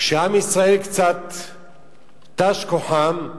כשעם ישראל, קצת תש כוחם,